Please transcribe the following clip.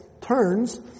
turns